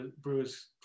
Brewer's